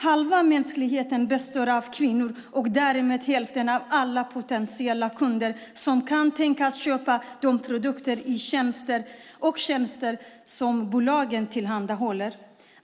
Halva mänskligheten består av kvinnor och därmed hälften av alla potentiella kunder som kan tänkas köpa de produkter och tjänster som bolagen tillhandahåller.